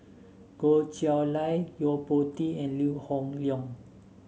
Goh Chiew Lye Yo Po Tee and Lee Hoon Leong